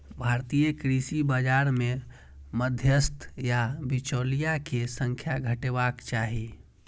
भारतीय कृषि बाजार मे मध्यस्थ या बिचौलिया के संख्या घटेबाक चाही